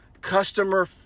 Customer